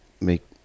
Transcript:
make